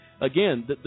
again